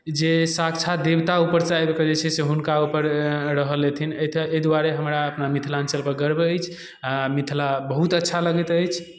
जे साक्षात देवता उपरसँ आबि कऽ जे छै से हुनका उपर रहल हेथिन अइ दुआरे हमरा अपना मिथलाँचलपर गर्व अछि आओर मिथिला बहुत अच्छा लगैत अछि